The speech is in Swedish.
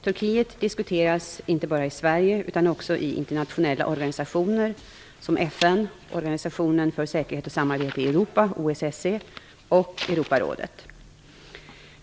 Turkiet diskuteras inte bara i Sverige, utan också i internationella organisationer som FN, Organisationen för säkerhet och samarbete i Europa, OSSE, och Europarådet.